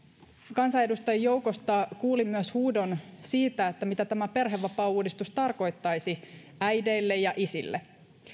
kansanedustajien joukosta kuulin myös huudon että mitä tämä perhevapaauudistus tarkoittaisi äideille ja isille